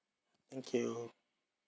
thank you